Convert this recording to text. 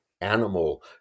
animal